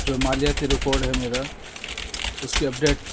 جو مالیاتی ریکارڈ ہے میرا اس کی اپڈیٹ